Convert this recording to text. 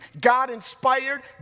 God-inspired